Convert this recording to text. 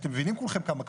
ואתם מבינים כולכם כמה קשה.